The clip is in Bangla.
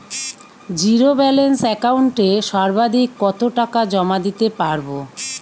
জীরো ব্যালান্স একাউন্টে সর্বাধিক কত টাকা জমা দিতে পারব?